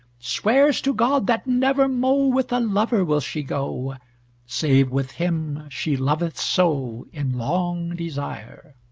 swears to god that never mo with a lover will she go save with him she loveth so in long desire.